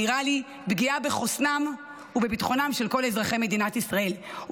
נראה פגיעה בחוסנם ובביטחונם של כל אזרחי מדינת ישראל,